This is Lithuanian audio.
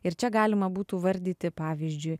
ir čia galima būtų vardyti pavyzdžiui